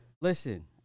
Listen